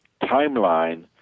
timeline